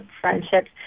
friendships